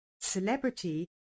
celebrity